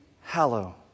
hallow